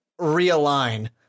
realign